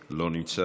לא נמצא,